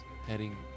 heading